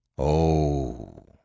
Oh